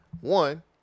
One